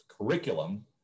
curriculum